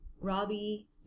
Robbie